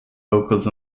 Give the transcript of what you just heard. vocals